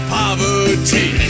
poverty